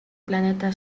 planeta